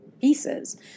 pieces